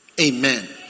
Amen